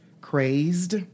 crazed